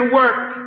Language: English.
work